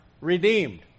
redeemed